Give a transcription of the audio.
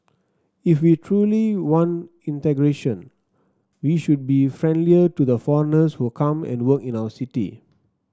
if we truly want integration we should be friendlier to the foreigners who come and work in our city